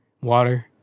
Water